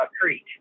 Creek